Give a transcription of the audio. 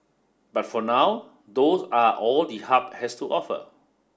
but for now those are all the hub has to offer